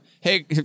Hey